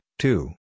Two